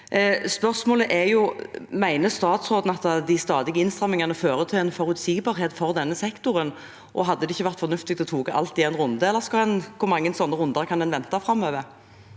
forslag til det. Mener statsråden at de stadige innstramningene fører til forutsigbarhet for denne sektoren? Hadde det ikke vært fornuftig å ta alt i én runde, eller hvor mange sånne runder kan en forvente framover?